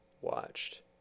watched